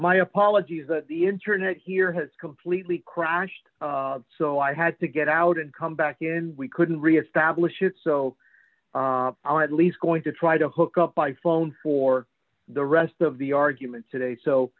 my apologies that the internet here has completely crashed so i had to get out and come back in we couldn't reestablish it so i'll at least going to try to hook up by phone for the rest of the arguments today so